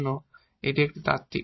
সুতরাং এটি এখন একটু তাত্ত্বিক